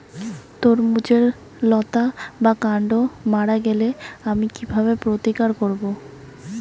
তরমুজের লতা বা কান্ড মারা গেলে আমি কীভাবে প্রতিকার করব?